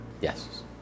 Yes